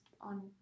on